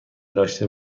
داشته